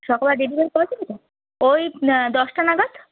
সকালবেলা ডেলিভারি পাওয়া যাবে তো ওই দশটা নাগাদ